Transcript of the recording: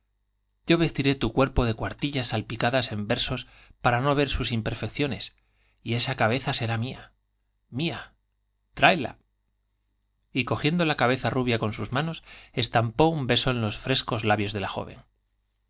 yo vestiré tu cuerpo de cuartillas de tu salpicadas versos para no ver sus imperfecciones y esa cabeza será mía j mía l j tr áela y cogiendo la cabeza rubia can sus manos estampó un beso en los frescos labios de la joven